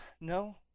No